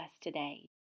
today